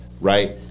right